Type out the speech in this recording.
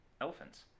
elephants